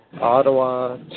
Ottawa